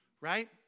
right